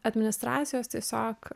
administracijos tiesiog